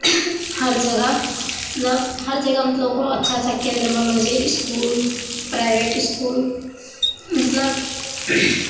हर जगह मतलब हर जगह मतलब ओकरो अच्छा अच्छा केन्द्र बनलो छै इसकुल प्राइवेट इसकुल मतलब